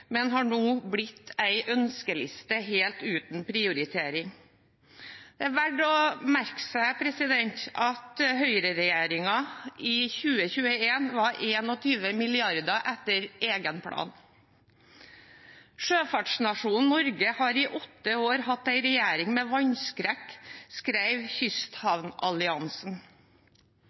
men har nå blitt en ønskeliste helt uten prioritering. Det er verdt å merke seg at høyreregjeringen i 2021 lå 21 mrd. kr etter egen plan. Sjøfartsnasjonen Norge har i åtte år hatt «en regjering med vannskrekk», skrev Kysthavnalliansen.